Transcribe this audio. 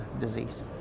disease